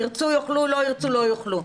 ירצו יאכלו, לא ירצו לא יאכלו.